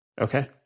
Okay